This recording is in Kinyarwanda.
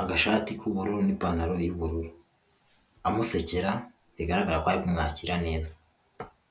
agashati k'ubururu n'ipantaro y'ubururu amusekera bigaragara ko amwakira neza.